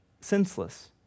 senseless